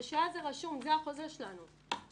זה שעה, זה החוזה שלנו.